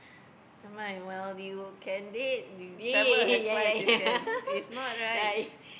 never mind while you can date you travel as far as you can if not right